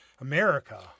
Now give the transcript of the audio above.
America